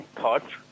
thoughts